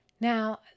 Now